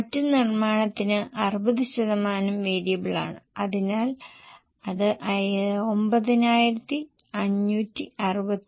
മറ്റ് നിർമ്മാണത്തിന് 60 ശതമാനം വേരിയബിളാണ് അതിനാൽ അത് 9564